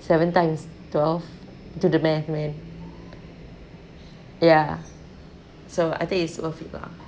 seven times twelve do the math man ya so I think it's worth it lah